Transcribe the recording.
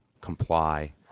comply